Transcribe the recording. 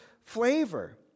flavor